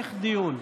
להמשך דיון.